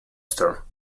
store